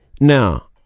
Now